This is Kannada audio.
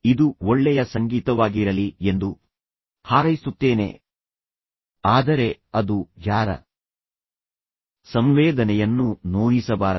ಇದು ಒಳ್ಳೆಯ ಸಂಗೀತವಾಗಿರಲಿ ಎಂದು ಹಾರೈಸುತ್ತೇನೆ ಆದರೆ ಅದು ಯಾರ ಸಂವೇದನೆಯನ್ನೂ ನೋಯಿಸಬಾರದು